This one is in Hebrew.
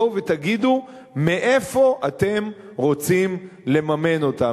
בואו ותגידו מאיפה אתם רוצים לממן אותם,